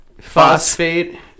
Phosphate